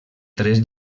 tres